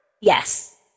Yes